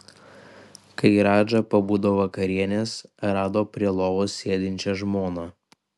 kai radža pabudo vakarienės rado prie lovos sėdinčią žmoną